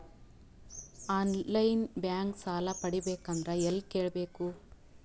On line bank ಸಾಲ ಪಡಿಬೇಕಂದರ ಎಲ್ಲ ಕೇಳಬೇಕು?